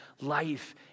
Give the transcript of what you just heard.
life